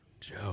Joe